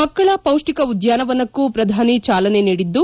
ಮಕ್ಕಳ ಪೌಷ್ಟಿಕ ಉದ್ಯಾನವನಕ್ಕೂ ಪ್ರಧಾನಿ ಚಾಲನೆ ನೀಡಿದ್ದು